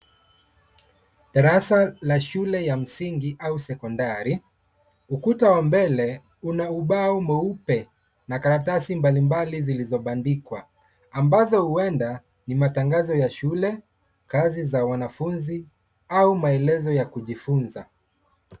Darasa la shule ya msingi au sekondari ,ukuta wa mbele una ubao mweupe na karatasi mbalimbali zilizobandikwa ambazo huenda nimatangazo ya shule, kazi za wanafunzi au maeleza ya kujifunza.